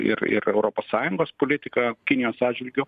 ir ir europos sąjungos politiką kinijos atžvilgiu